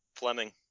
Fleming